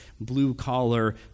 blue-collar